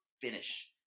finish